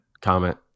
Comment